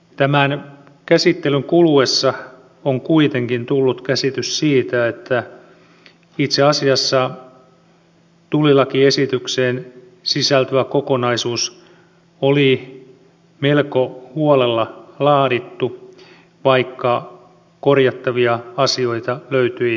tämän käsittelyn kuluessa on kuitenkin tullut käsitys siitä että itse asiassa tullilakiesitykseen sisältyvä kokonaisuus oli melko huolella laadittu vaikka korjattavia asioita löytyi aika tavalla